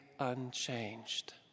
unchanged